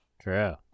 True